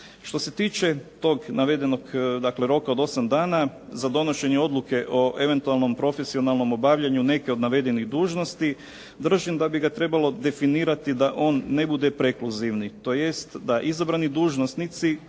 Što se tiče tog navedenog roka od 8 dana za donošenje odluke o eventualnom profesionalnom obavljanju nekih od navedenih dužnosti, držim da bi ga trebalo definirati da on ne bude prekluzivni tj. da izabrani dužnosnici